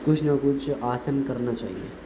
کچھ نہ کچھ آسن کرنا چاہیے